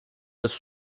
this